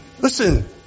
Listen